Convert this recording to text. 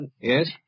Yes